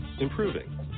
improving